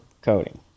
coding